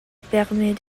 permis